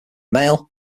male